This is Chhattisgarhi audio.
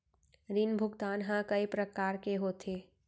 ऋण भुगतान ह कय प्रकार के होथे?